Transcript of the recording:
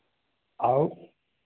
और